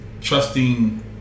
trusting